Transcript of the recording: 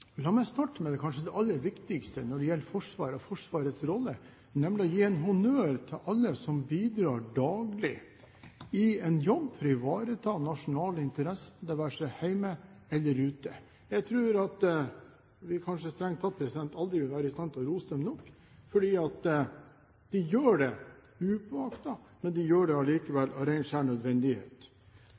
La meg starte med kanskje det aller viktigste når det gjelder Forsvaret og Forsvarets rolle, nemlig å gi honnør til alle som bidrar daglig i en jobb for å ivareta nasjonale interesser, det være seg hjemme eller ute. Jeg tror at vi kanskje strengt tatt aldri vil være i stand til å rose dem nok, fordi de gjør det upåaktet, men de gjør det allikevel av